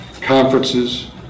conferences